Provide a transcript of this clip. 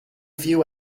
few